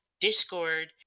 Discord